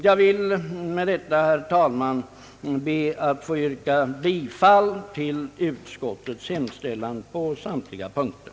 Jag ber, herr talman, att få yrka bifall till utskottets hemställan på samtliga punkter.